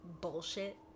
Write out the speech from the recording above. bullshit